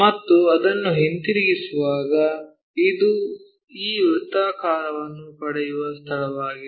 ಮತ್ತು ಅದನ್ನು ತಿರುಗಿಸುವಾಗ ಇದು ಈ ವೃತ್ತಾಕಾರವನ್ನು ಪಡೆಯುವ ಸ್ಥಳವಾಗಿದೆ